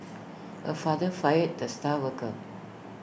A father fired the star worker